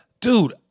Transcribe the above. Dude